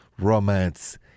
romance